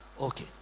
okay